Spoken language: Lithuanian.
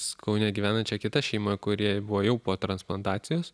su kaune gyvenančia kita šeima kuriai buvo jau po transplantacijos